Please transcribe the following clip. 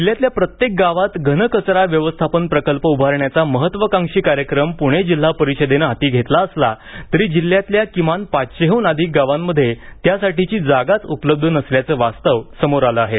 जिल्ह्यातल्या प्रत्येक गावात घनकचरा व्यवस्थापन प्रकल्प उभारण्याचा महत्त्वाकांक्षी कार्यक्रम पुणे जिल्हा परिषदेनं हाती घेतला असला तरी जिल्ह्यातल्या किमान पाचशेहून अधिक गावांमध्ये त्यासाठीची जागाच उपलब्ध नसल्याचं वास्तव समोर आलं आहे